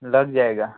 लग जाएगा